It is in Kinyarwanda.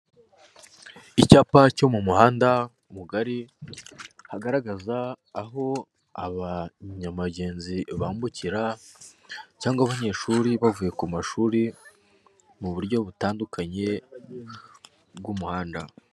Icyapa cyo mu muhanda mugari, hagaragaza aho abanyamagenzi bambukira cyangwa abanyeshuri bavuye ku mashuri mu buryo butandukanye bw'umuhanda.